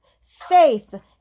faith